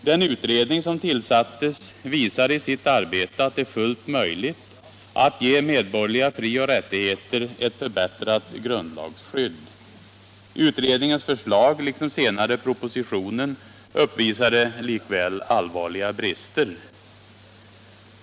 Den utredning som tillsattes visade i sill arbete att det är fullt möjligt att ge medborgerliga frioch rättigheter ett förbättrat grundlagsskydd. Utredningens förstag liksom senare propositionen uppvisade likväl allvarliga brister.